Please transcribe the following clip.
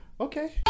Okay